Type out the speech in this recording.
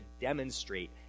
demonstrate